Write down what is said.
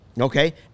Okay